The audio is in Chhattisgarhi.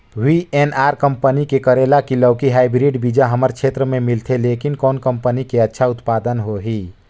वी.एन.आर कंपनी के करेला की लौकी हाईब्रिड बीजा हमर क्षेत्र मे मिलथे, लेकिन कौन कंपनी के अच्छा उत्पादन होही?